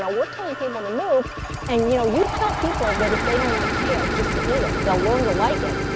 we're telling people to move and you know you tell people that if they don't like kale, just to eat it. they'll learn to like it,